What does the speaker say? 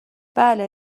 بله